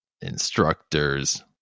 instructors